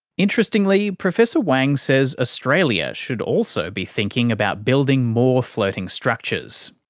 interestingly, professor wang says australia should also be thinking about building more floating structures.